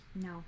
No